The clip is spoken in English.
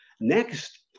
Next